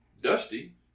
Dusty